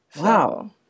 Wow